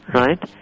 right